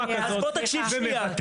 כזאת ומבטל --- בוא תקשיב שנייה,